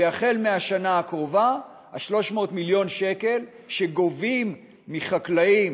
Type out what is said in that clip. והחל מהשנה הקרובה 300 מיליון השקל שגובים מחקלאים